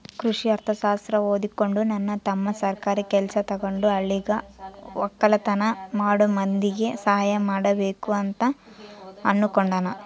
ಕೃಷಿ ಅರ್ಥಶಾಸ್ತ್ರ ಓದಿಕೊಂಡು ನನ್ನ ತಮ್ಮ ಸರ್ಕಾರಿ ಕೆಲ್ಸ ತಗಂಡು ಹಳ್ಳಿಗ ವಕ್ಕಲತನ ಮಾಡೋ ಮಂದಿಗೆ ಸಹಾಯ ಮಾಡಬಕು ಅಂತ ಅನ್ನುಕೊಂಡನ